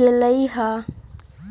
गेलई ह